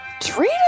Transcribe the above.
Treat